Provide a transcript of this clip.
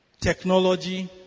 technology